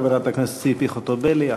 חברת הכנסת ציפי חוטובלי.